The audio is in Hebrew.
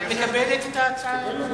את מקבלת את ההצעה?